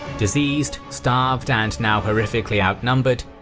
diseased, starved and now horrifically outnumbered,